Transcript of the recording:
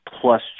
plus